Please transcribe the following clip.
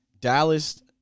dallas